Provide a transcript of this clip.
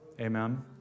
Amen